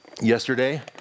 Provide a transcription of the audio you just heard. yesterday